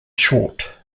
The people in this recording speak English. short